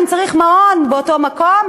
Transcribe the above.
אם צריך מעון באותו מקום,